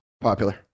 popular